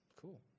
cool